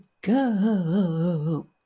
go